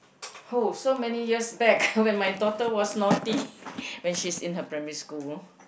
oh so many years back when my daughter was naughty when she's in her primary school